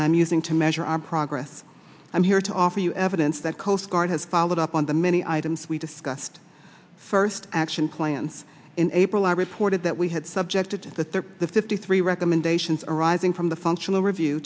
i'm using to measure our progress i'm here to offer you evidence that coastguard has followed up on the many items we discussed first action plans in april i reported that we had subjected to the fifty three recommendations arising from the functional review